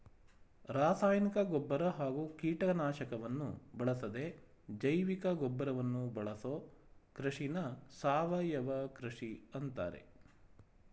ರಾಸಾಯನಿಕ ಗೊಬ್ಬರ ಹಾಗೂ ಕೀಟನಾಶಕವನ್ನು ಬಳಸದೇ ಜೈವಿಕಗೊಬ್ಬರವನ್ನು ಬಳಸೋ ಕೃಷಿನ ಸಾವಯವ ಕೃಷಿ ಅಂತಾರೆ